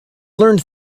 learned